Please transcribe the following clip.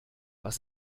was